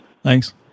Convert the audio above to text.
Thanks